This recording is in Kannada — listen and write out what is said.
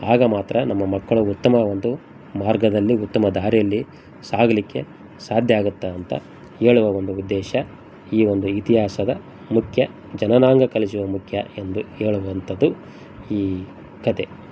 ಆಗ ಮಾತ್ರ ನಮ್ಮ ಮಕ್ಕಳು ಉತ್ತಮ ಒಂದು ಮಾರ್ಗದಲ್ಲಿ ಉತ್ತಮ ದಾರಿಯಲ್ಲಿ ಸಾಗಲಿಕ್ಕೆ ಸಾಧ್ಯ ಆಗುತ್ತೆ ಅಂತ ಹೇಳುವ ಒಂದು ಉದ್ದೇಶ ಈ ಒಂದು ಇತಿಹಾಸದ ಮುಖ್ಯ ಜನಾಂಗ ಕಲಿಸುವ ಮುಖ್ಯ ಎಂದು ಹೇಳುವಂಥದ್ದು ಈ ಕಥೆ